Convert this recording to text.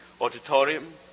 auditorium